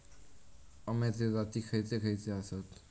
अम्याचे जाती खयचे खयचे आसत?